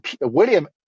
William